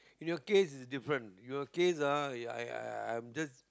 in your case is different your case ah I'm just